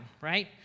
right